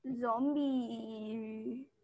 Zombie